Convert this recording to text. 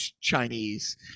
Chinese